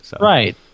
Right